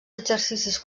exercicis